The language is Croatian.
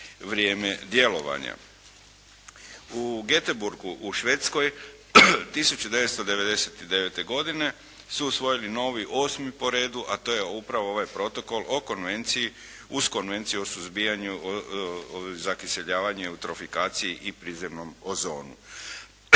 U Goetebourgu u Švedskoj 1999. godine su usvojili novi, 8. po redu, a to je upravo ovaj Protokol o konvenciji uz Konvenciju o suzbijanju zakiseljavanja, eutrofikaciji i prizemnom ozonu.